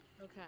Okay